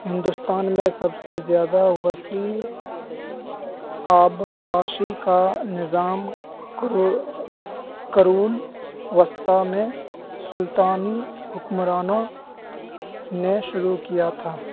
ہندوستان میں سب سے زیادہ وسیع آبپاشی کا نظام قرون وسطیٰ میں سلطانی حکمرانوں نے شروع کیا تھا